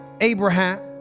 Abraham